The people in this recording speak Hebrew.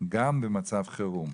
גם במצב חירום.